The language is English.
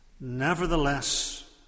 Nevertheless